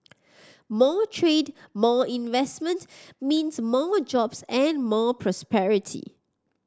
more trade more investment means more jobs and more prosperity